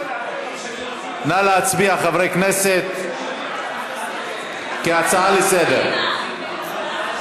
נא להצביע, חברי הכנסת, כהצעה לסדר-היום.